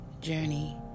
Journey